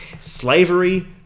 Slavery